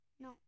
No